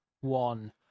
one